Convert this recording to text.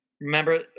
Remember